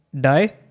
die